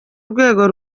urwego